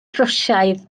rwsiaidd